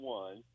one